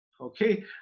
Okay